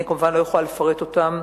אני כמובן לא יכולה לפרט אותם,